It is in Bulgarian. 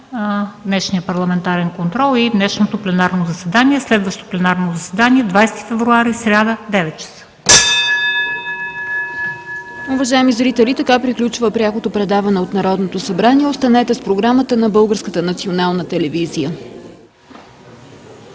днешния парламентарен контрол и днешното пленарно заседание. Следващо пленарно заседание – 20 февруари 2013 г.,